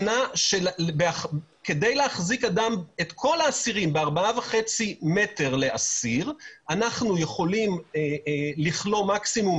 שכדי להחזיק את כל האסירים ב-4.5 מטר לאסיר אנחנו יכולים לכלוא מקסימום